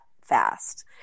fast